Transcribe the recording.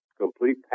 complete